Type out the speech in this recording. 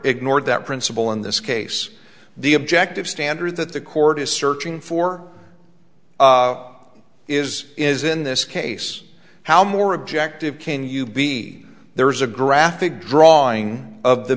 ignored that principle in this case the objective standard that the court is searching for is is in this case how more objective can you be there is a graphic drawing of the